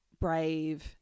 brave